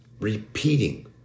repeating